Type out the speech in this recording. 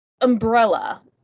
umbrella